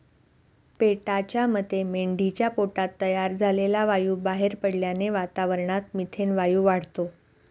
पेटाच्या मते मेंढीच्या पोटात तयार झालेला वायू बाहेर पडल्याने वातावरणात मिथेन वायू वाढतो